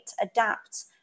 adapt